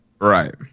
Right